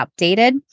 updated